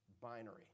Binary